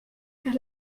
car